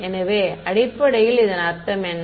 எனவே அடிப்படையில் இதன் அர்த்தம் என்ன